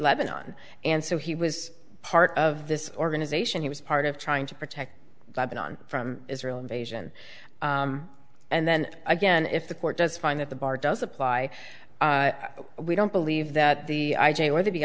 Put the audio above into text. lebanon and so he was part of this organization he was part of trying to protect lebanon from israel invasion and then again if the court does find that the bar does apply we don't believe that the i j